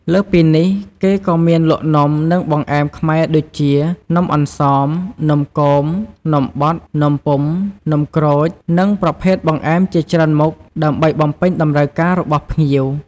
លើសពីនេះ គេក៏មានលក់នំ និងបង្អែមខ្មែរដូចជា នំអន្សម នំគម នំបត់ នំពុម្ភ នំក្រូច និងប្រភេទបង្អែមជាច្រើនមុខដើម្បីបំពេញតម្រូវការរបស់ភ្ញៀវ។